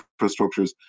infrastructures